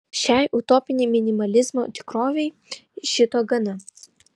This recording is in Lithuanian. šiai utopinei minimalizmo tikrovei šito gana